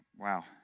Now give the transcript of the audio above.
Wow